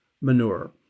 manure